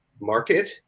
market